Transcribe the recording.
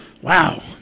wow